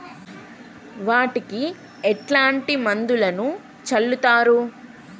వాటికి ఎట్లాంటి మందులను చల్లుతరు?